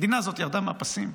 המדינה הזאת ירדה מהפסים?